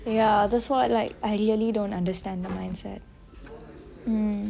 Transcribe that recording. ya that's why like I really don't understand the mindset